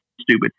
stupid